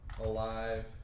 alive